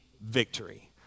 victory